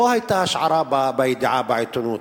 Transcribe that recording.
לא היתה השערה בידיעה בעיתונות.